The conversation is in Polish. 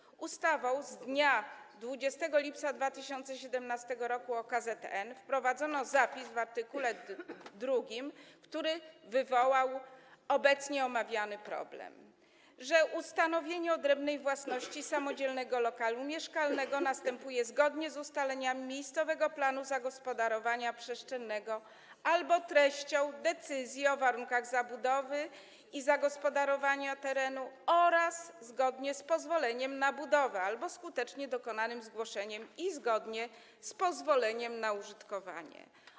Z pomocą ustawy z dnia 20 lipca 2017 r. o KZN wprowadzono w art. 2 zapis, który wywołał obecnie omawiany problem, że ustanowienie odrębnej własności samodzielnego lokalu mieszkalnego następuje zgodnie z ustaleniami miejscowego planu zagospodarowania przestrzennego albo treścią decyzji o warunkach zabudowy i zagospodarowania terenu oraz zgodnie z pozwoleniem na budowę albo skutecznie dokonanym zgłoszeniem i zgodnie z pozwoleniem na użytkowanie.